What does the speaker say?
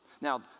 Now